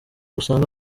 usanga